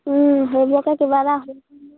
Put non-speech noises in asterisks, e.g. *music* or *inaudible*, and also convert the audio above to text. *unintelligible* কিবা এটা